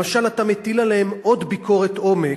למשל, אתה מטיל עליהם עוד ביקורת עומק,